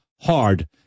hard